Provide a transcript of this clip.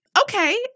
Okay